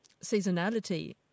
seasonality